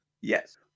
Yes